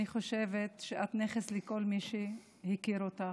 אני חושבת שאת נכס לכל מי שהכיר אותך.